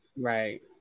Right